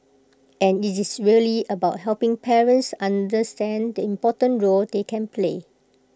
and IT is really about helping parents understand the important role they can play